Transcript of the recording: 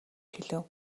хэлэв